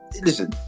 listen